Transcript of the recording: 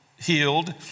healed